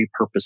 repurpose